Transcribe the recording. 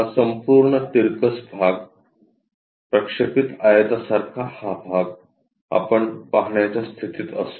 हा संपूर्ण तिरकस भाग प्रक्षेपित आयतासारखा हा भाग आपण पाहण्याच्या स्थितीत असू